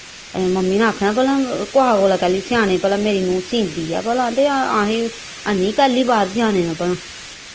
mummy नै आखना भला कुसा कोला कैली सोआने भला मेरा नूंह् सींदी ऐ भला ते असैं कैल्ली बाह्र जान देना भला